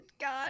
god